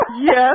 Yes